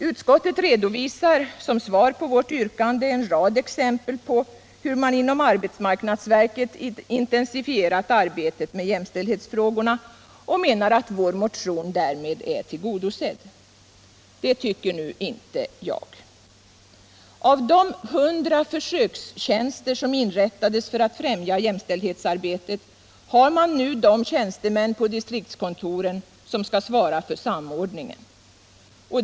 Utskottet redovisar som svar på vårt yrkande en rad exempel på hur man inom arbetsmarknadsverket intensifierat arbetet med jämställdhetsfrågorna och menar att vår motion därmed är tillgodosedd. Det tycker nu inte jag. Av de 100 försökstjänster som inrättades för att främja jämställdhetsarbetet har man nu de tjänstemän på distriktskontoren som skall svara för samordningen.